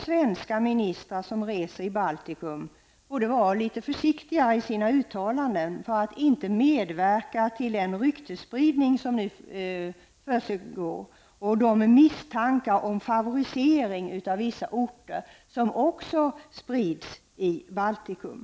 Svenska ministrar som reser i Baltikum borde nämligen vara litet försiktigare i sina uttalanden -- detta för att inte medverka i den ryktesspridning som nu försiggår eller till att misstankarna om en favorisering av vissa orter sprids när det gäller Baltikum.